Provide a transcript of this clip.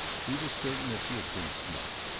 he was certain that he had been snubbed.